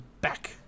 back